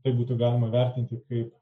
tai būtų galima vertinti kaip